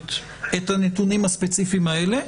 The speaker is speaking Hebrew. תקשורת את הנתונים הספציפיים האלה,